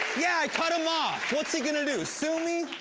yeah, i cut him off. what's he gonna do, sue me?